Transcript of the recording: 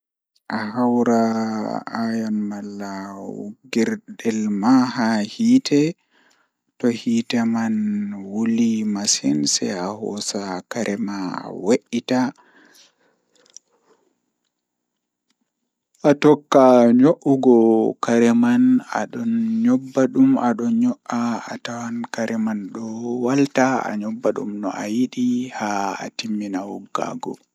Ahawta ayon malla woggirgel ma haa hiite to hiite man wuli masin sei a hhosa kare ma aweita atokka nyo'ugo kare man, Adon nyobba dum ado nyo'a atawan kare man don walta atagga dum no ayidi haa atimmina woggago.